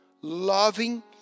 loving